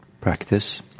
practice